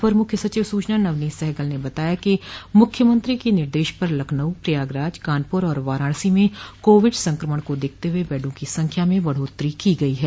अपर मुख्य सचिव सूचना नवनीत सहगल ने बताया कि मुख्यमंत्री के निर्देश पर लखनऊ प्रयागराज कानपुर तथा वाराणसी में कोविड संक्रमण को देखते हुये बेडों की संख्या में बढ़ोत्तरी की गई है